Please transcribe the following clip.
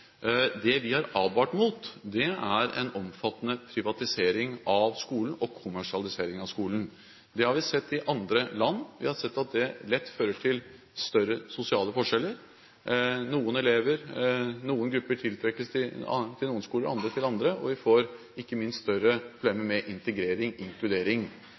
Det vi har advart mot, er en omfattende privatisering og kommersialisering av skolen. Det har vi sett i andre land, vi har sett at det lett fører til større sosiale forskjeller. Noen elever og grupper tiltrekkes til noen skoler, andre til andre, og vi får ikke minst større problemer med integrering og inkludering.